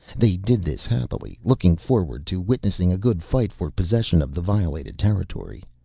they did this happily, looking forward to witnessing a good fight for possession of the violated territory.